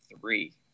three